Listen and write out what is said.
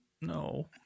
No